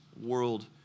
world